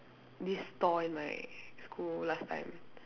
this stall in my school last time